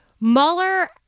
Mueller